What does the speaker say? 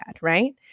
right